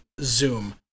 zoom